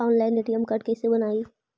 Online ATM card कैसे बनाई?